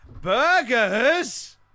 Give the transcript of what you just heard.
burgers